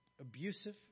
Abusive